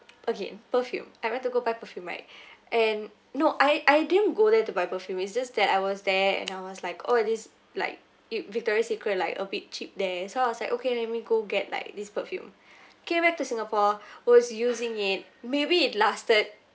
okay perfume I went to go buy perfume right and no I I didn't go there to buy perfume it's just that I was there and I was like oh this like it victoria secret like a bit cheap there so I was like okay let me go get like this perfume came back to singapore was using it maybe it lasted